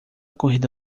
corrida